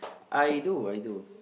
I do I do